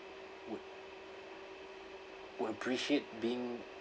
would would appreciate being